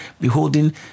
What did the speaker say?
beholding